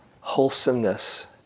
wholesomeness